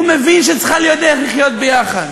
הוא מבין שצריכה להיות דרך לחיות ביחד,